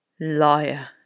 Liar